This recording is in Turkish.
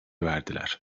verdiler